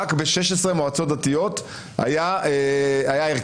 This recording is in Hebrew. רק ב-16 מועצות דתיות היה הרכב.